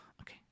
okay